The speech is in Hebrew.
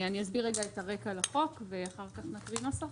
אני אסביר רגע את הרקע לחוק, ואחר כך נקריא נוסח?